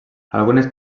algunes